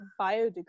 biodegradable